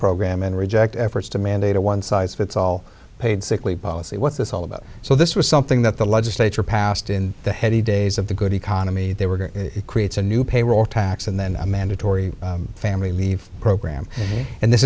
program and reject efforts to mandate a one size fits all paid sick leave policy what's this all about so this was something that the legislature passed in the heady days of the good economy they were going to creates a new payroll tax and then a mandatory family leave program and this